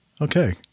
Okay